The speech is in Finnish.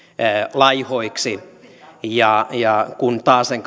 laihoiksi ja ja kun taasen